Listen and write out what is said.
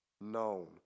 known